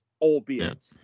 albeit